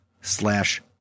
slash